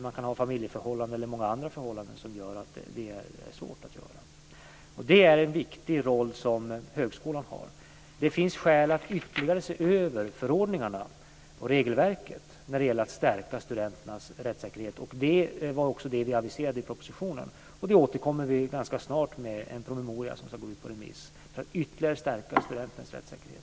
Man kan ha familjeförhållanden eller andra förhållanden som gör att det är svårt. Det är en viktig roll som högskolan har. Det finns skäl att ytterligare se över förordningarna och regelverket när det gäller att stärka studenternas rättssäkerhet. Det var också det vi aviserade i propositionen. Vi återkommer ganska snart med en promemoria, som ska gå ut på remiss, om att ytterligare stärka studenternas rättssäkerhet.